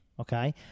Okay